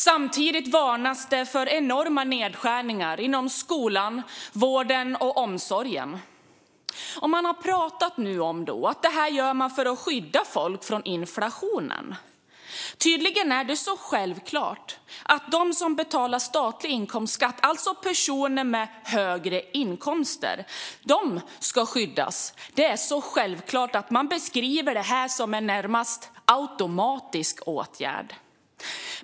Samtidigt varnas det för enorma nedskärningar inom skolan, vården och omsorgen. Man har pratat om att man gör detta för att skydda folk från inflationen. Tydligen är det självklart att de som betalar statlig inkomstskatt, alltså personer med högre inkomster, ska skyddas. Det är så självklart att man beskriver detta som en närmast automatisk åtgärd.